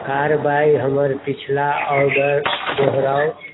कार्रवाई हमर पिछला आर्डर दोहराउ